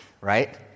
right